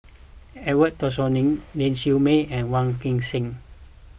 Edwin Tessensohn Ling Siew May and Wong Kan Seng